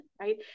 right